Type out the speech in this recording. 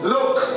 Look